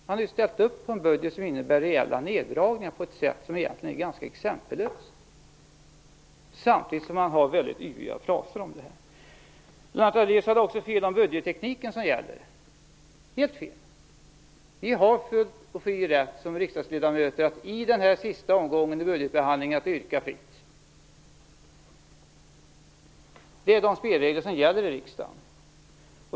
Han har ju ställt upp på en budget som innebär rejäla neddragningar på ett sätt som är ganska exempellöst, samtidigt som han använder väldigt yviga fraser. Lennart Daléus har också helt fel när det gäller budgettekniken. Vi som riksdagsledamöter har vår fulla och fria rätt att yrka fritt i den sista omgången av budgetbehandlingen. Det är de spelregler som gäller i riksdagen.